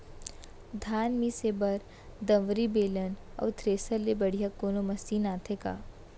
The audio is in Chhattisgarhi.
धान मिसे बर दंवरि, बेलन अऊ थ्रेसर ले बढ़िया कोनो मशीन आथे का?